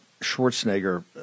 Schwarzenegger